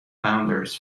founders